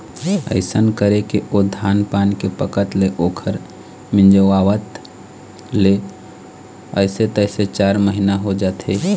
अइसन करके ओ धान पान के पकत ले ओखर मिंजवात ले अइसे तइसे चार महिना हो जाथे